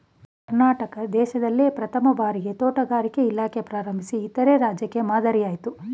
ಕರ್ನಾಟಕ ದೇಶ್ದಲ್ಲೇ ಪ್ರಥಮ್ ಭಾರಿಗೆ ತೋಟಗಾರಿಕೆ ಇಲಾಖೆ ಪ್ರಾರಂಭಿಸಿ ಇತರೆ ರಾಜ್ಯಕ್ಕೆ ಮಾದ್ರಿಯಾಯ್ತು